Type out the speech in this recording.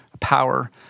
power